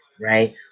Right